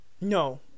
No